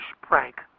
prank